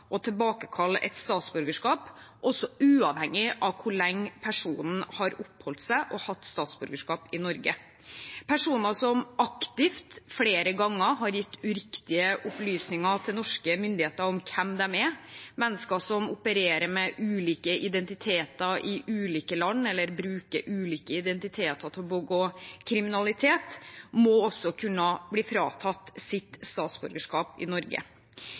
å tilbakekalle et statsborgerskap, også uavhengig av hvor lenge personen har oppholdt seg og hatt statsborgerskap i Norge. Personer som aktivt flere ganger har gitt uriktige opplysninger til norske myndigheter om hvem de er, og mennesker som opererer med ulike identiteter i ulike land eller bruker ulike identiteter til å begå kriminalitet, må også kunne bli fratatt sitt statsborgerskap i Norge.